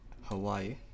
hawaii